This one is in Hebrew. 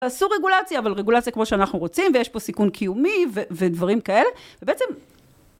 תעשו רגולציה, אבל רגולציה כמו שאנחנו רוצים, ויש פה סיכון קיומי ודברים כאלה, ובעצם